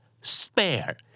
Spare